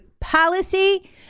policy